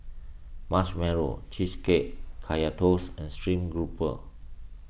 Marshmallow Cheesecake Kaya Toast and Stream Grouper